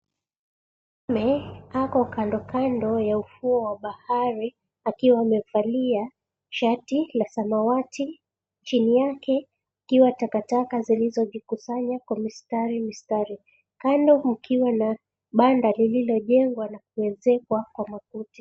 Mwanaume ako kandokando ya ufuo wa bahari akiwa amevalia shati la samawati. Chini yake ikiwa takataka zilizojikusanya kwa mstari mstari. Kando kukiwa na banda lililojengwa na kueezekwa kwa makuti.